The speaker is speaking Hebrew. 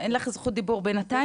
אין לך זכות דיבור בינתיים.